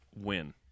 win